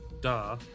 duh